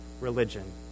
religion